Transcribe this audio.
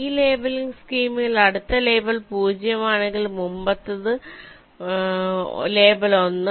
ഈ ലേബലിംഗ് സ്കീമിൽ അടുത്ത ലേബൽ 0 ആണെങ്കിൽ മുമ്പത്തെ ലേബൽ 1